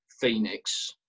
phoenix